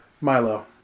Milo